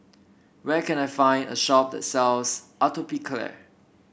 where can I find a shop sells Atopiclair